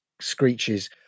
screeches